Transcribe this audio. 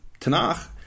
Tanakh